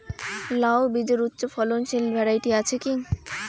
লাউ বীজের উচ্চ ফলনশীল ভ্যারাইটি আছে কী?